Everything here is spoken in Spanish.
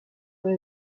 fue